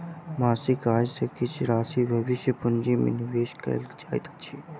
मासिक आय सॅ किछ राशि भविष्य पूंजी में निवेश कयल जाइत अछि